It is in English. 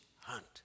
hunt